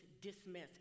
dismiss